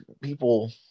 people